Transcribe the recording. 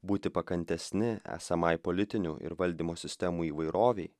būti pakantesni esamai politinių ir valdymo sistemų įvairovei